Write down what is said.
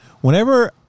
whenever